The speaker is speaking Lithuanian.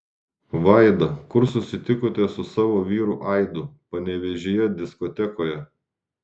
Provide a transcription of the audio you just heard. vaida kur susitikote su savo vyru aidu panevėžyje diskotekoje